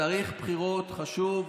תאריך הבחירות חשוב.